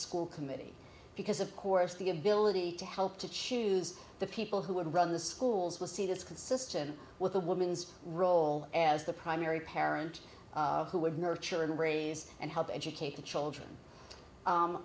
school committee because of course the ability to help to choose the people who would run the schools will see that's consistent with a woman's role as the primary parent who would nurture and raise and help educate the children